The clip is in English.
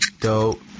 dope